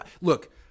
look